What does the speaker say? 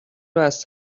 رواز